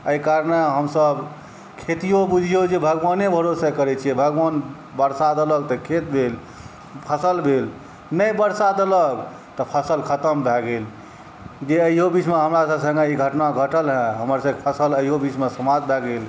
एहि कारणे हमसब खेतिओ बुझिऔ जे भगवाने भरोसे करै छिए भगवान वर्षा देलक तऽ खेती भेल फसल भेल नहि वर्षा देलक तऽ फसल खतम भऽ गेल जे अहिओ बीचमे हमरासब सङ्गे ई घटना घटल हँ हमरसबके फसल अहिओ बीचमे समाप्त भऽ गेल